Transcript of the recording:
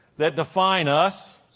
that define us,